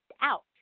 out